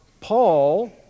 Paul